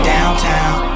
Downtown